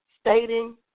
stating